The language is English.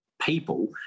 people